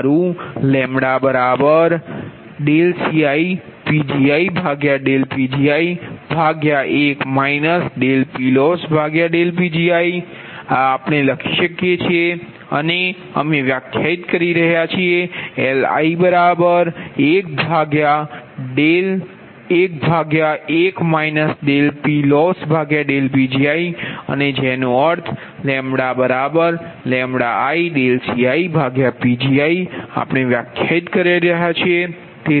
તમારું λdCidPgi1 dPLossdPgiઆ આપણે લખી શકીએ છીએ અને અમે વ્યાખ્યાયિત કરી રહ્યા છીએ કે Li11 dPLossdPgiઅને જેનો λLidCidPgi આપણે વ્યાખ્યાયિત કરી રહ્યાં છીએ